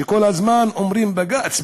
כל הזמן אומרים: בג"ץ,